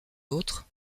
autres